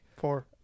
Four